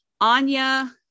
anya